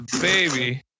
baby